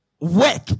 Work